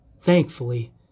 Thankfully